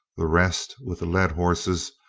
the rest, with the led horses,